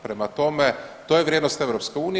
Prema tome, to je vrijednost EU.